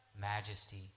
majesty